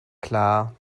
klar